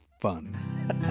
fun